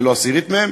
ולא עשירית מהם,